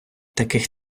таких